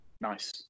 Nice